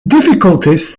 difficulties